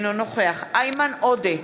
אינו נוכח איימן עודה,